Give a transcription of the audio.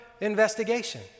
investigation